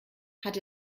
hat